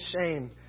shame